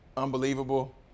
unbelievable